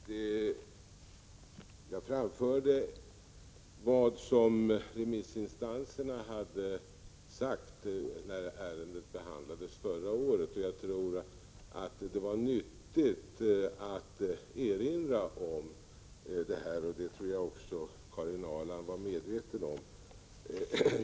Fru talman! Jag framförde vad remissinstanserna hade sagt när ärendet behandlades förra året, och jag tror att det var nyttigt att erinra om det och att också Karin Ahrland var medveten om det.